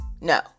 no